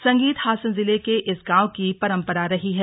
संगीत हासन जिले के इस गांव की परम्परा रही है